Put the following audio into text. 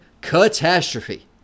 catastrophe